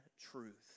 truth